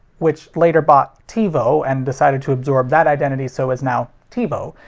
which later bought tivo and decided to absorb that identity so is now tivo,